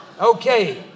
Okay